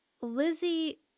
Lizzie